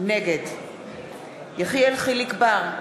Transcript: נגד יחיאל חיליק בר,